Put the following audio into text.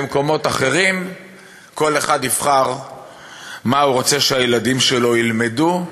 במקומות אחרים כל אחד יבחר מה הוא רוצה שהילדים שלו ילמדו,